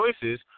choices